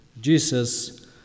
Jesus